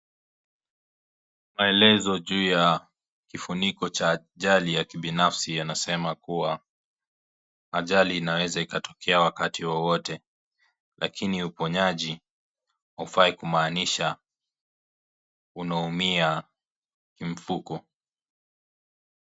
Maelezo juu ya kifuniko cha ajali ya kibinafsi yanasema kuwa ajali inaweza ikatokea wakati wowote, lakini uponyaji ufayi kumaanisha unaumia kimfuko.